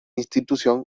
institución